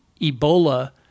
Ebola